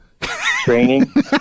training